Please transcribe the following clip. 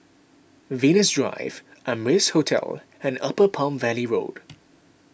Venus Drive Amrise Hotel and Upper Palm Valley Road